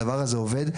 הדבר הזה עובד,